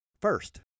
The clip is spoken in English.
first